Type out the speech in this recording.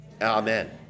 Amen